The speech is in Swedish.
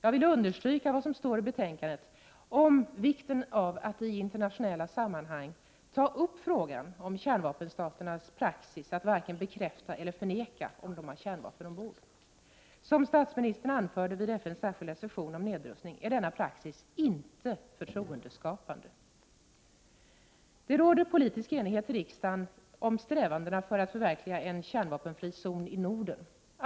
Jag vill understryka vad som står i betänkandet om vikten av att i internationella sammanhang ta upp frågan om kärnvapenstaternas praxis att varken bekräfta eller förneka om de har kärnvapen ombord. Som statsministern anförde vid FN:s särskilda session om nedrustning är denna praxis inte förtroendeskapande. Det råder politisk enighet i riksdagen om strävandena för att förverkliga en kärnvapenfri zon i Norden.